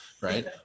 right